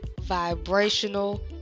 vibrational